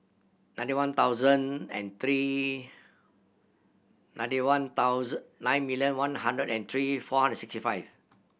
ninety one thousand and three ninety one nine million one hundred and three four hundred sixty five